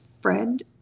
Fred